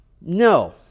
no